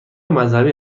مذهبی